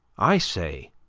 i say,